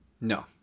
No